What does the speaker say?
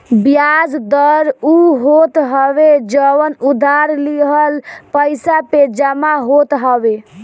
बियाज दर उ होत हवे जवन उधार लिहल पईसा पे जमा होत हवे